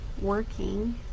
working